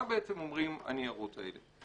מה אומרים הניירות האלה?